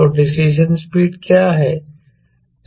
तो decision speed क्या है